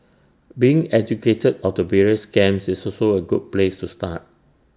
being educated of the various scams is also A good place to start